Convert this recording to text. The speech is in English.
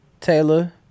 Taylor